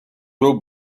will